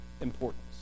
importance